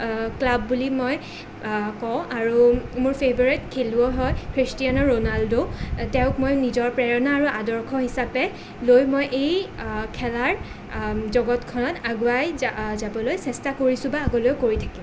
club বুলি মই কওঁ আৰু মোৰ ফেভাৰেট খেলুৱৈ হয় ক্ৰিষ্টিয়ানো ৰ'ণাল্ডো তেওঁক মই নিজৰ প্ৰেৰণা আৰু আদৰ্শ হিচাপে লৈ মই এই খেলাৰ জগতখনত আগুৱাই যাবলৈ চেষ্টা কৰিছোঁ বা আগলৈ কৰি থাকিম